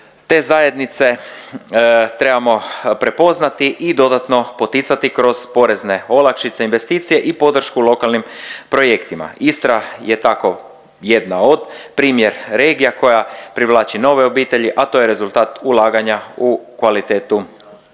Te zajednice trebamo prepoznati i dodatno poticati kroz porezne olakšice, investicije i podršku lokalnim projektima. Istra je tako jedna od primjer regija koja privlači nove obitelji, a to je rezultat ulaganja u kvalitetu